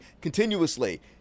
continuously